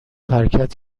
حرکت